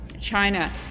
China